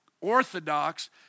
Orthodox